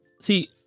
See